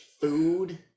food